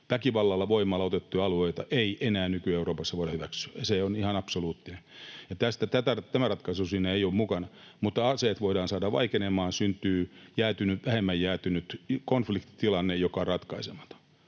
Väkivallalla ja voimalla otettuja alueita ei enää nyky-Euroopassa voida hyväksyä. Se on ihan absoluuttista. Tämä ratkaisu siinä ei ole mukana, mutta aseet voidaan saada vaikenemaan, ja syntyy jäätynyt konfliktitilanne, joka on ratkaisematon.